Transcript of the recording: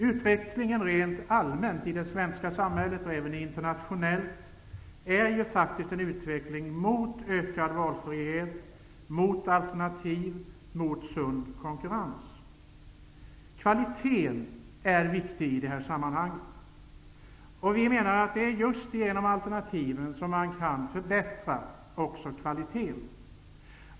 Utvecklingen rent allmänt i det svenska samhället och även internationellt går mot ökad valfrihet, alternativ och sund konkurrens. Kvaliteten är viktig i detta sammanhang. Vi menar att det är genom alternativen som man kan förbättra kvaliteten.